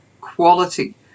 quality